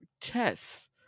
chess